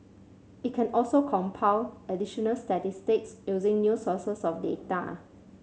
it can also compile additional statistics using new sources of data